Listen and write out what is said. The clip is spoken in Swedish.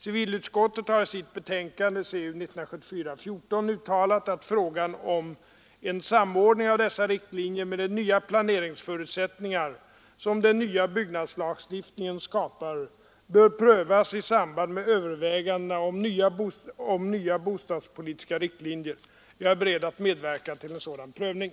Civilutskottet har i sitt betänkande uttalat att frågan om en samordning av dessa riktlinjer med de nya planeringsförutsättningar som den nya byggnadslagstiftningen skapar bör prövas i samband med övervägandena om nya bostadspolitiska riktlinjer. Jag är beredd att medverka till en sådan prövning.